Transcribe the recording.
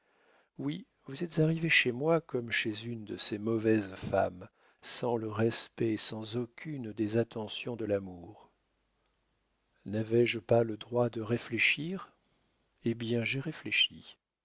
oui vous êtes arrivé chez moi comme chez une de ces mauvaises femmes sans le respect sans aucune des attentions de l'amour n'avais-je pas le droit de réfléchir eh bien j'ai réfléchi